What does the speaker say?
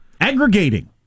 Aggregating